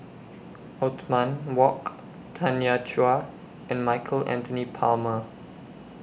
Othman Wok Tanya Chua and Michael Anthony Palmer